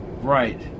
Right